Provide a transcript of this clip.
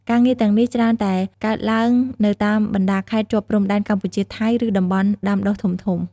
ការងារទាំងនេះច្រើនតែកើតឡើងនៅតាមបណ្ដាខេត្តជាប់ព្រំដែនកម្ពុជា ថៃ ឬតំបន់ដាំដុះធំៗ ។